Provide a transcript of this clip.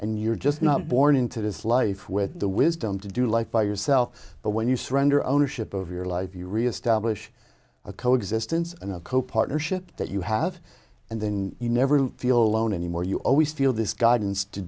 and you're just not born into this life with the wisdom to do like by yourself but when you surrender ownership of your life you reestablish a coexistence and a copartnership that you have and then you never feel lonely anymore you always feel this guidance to